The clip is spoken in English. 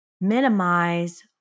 minimize